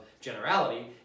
generality